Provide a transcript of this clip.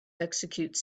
execute